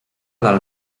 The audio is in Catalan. del